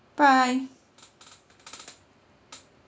bye